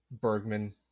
Bergman